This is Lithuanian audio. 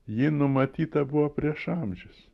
ji numatyta buvo prieš amžius